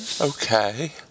Okay